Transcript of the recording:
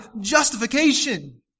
justification